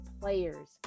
players